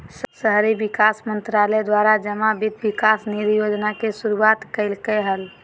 शहरी विकास मंत्रालय द्वारा जमा वित्त विकास निधि योजना के शुरुआत कल्कैय हइ